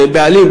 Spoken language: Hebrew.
שבעלים,